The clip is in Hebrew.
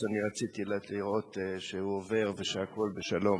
אז אני רציתי לראות שהוא עובר ושהכול בשלום.